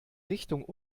richtung